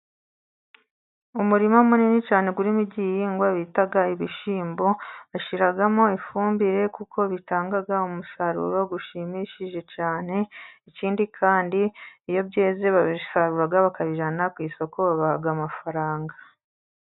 Umurima munini cyane urimo igihingwa bita ibishyimbo, bashyiramo ifumbire kuko bitanga umusaruro ushimishije cyane, ikindi kandi iyo byeze barabisarura bakabijyana ku isoko, babaha amafaranga.